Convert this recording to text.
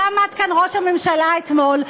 ועמד כאן ראש הממשלה אתמול,